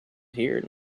here